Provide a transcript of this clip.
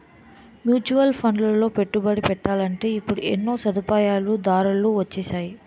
mutual ఫండ్లలో పెట్టుబడి పెట్టాలంటే ఇప్పుడు ఎన్నో సదుపాయాలు దారులు వొచ్చేసాయి